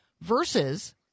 versus